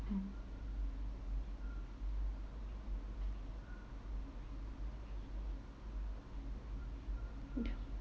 mm ya